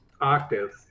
octave